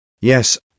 Yes